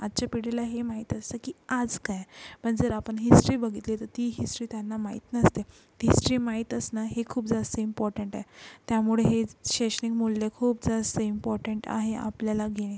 आजच्या पिढीला हे माहीत असतं की आज काय पण जर आपण हिस्ट्री बघितली तर ती हिस्ट्री त्यांना माहीत नसते ती हिस्ट्री माहीत असणं हे खूप जास्त इम्पॉर्टंट आहे त्यामुळे हे शैक्षणिक मूल्य खूप जास्त इम्पॉर्टंट आहे आपल्याला घेणे